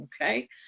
okay